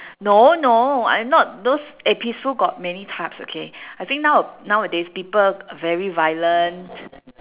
no no I not those eh peaceful got many types okay I think now nowadays people very violent